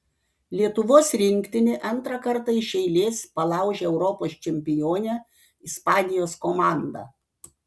lietuvos rinktinė antrą kartą iš eilės palaužė europos čempionę ispanijos komandą